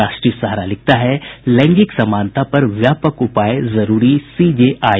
राष्ट्रीय सहारा लिखता है लैंगिक समानता पर व्यापक उपाय जरूरी सीजेआई